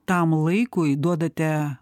tam laikui duodate